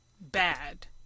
bad